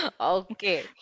Okay